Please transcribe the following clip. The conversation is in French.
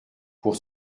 pour